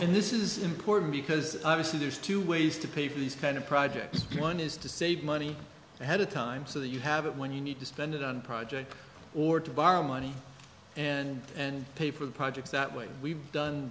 and this is important because obviously there's two ways to pay for these kind of projects one is to save money ahead of time so that you have it when you need to spend it on projects or to borrow money and and paper projects that way we've done